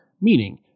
meaning